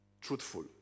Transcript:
truthful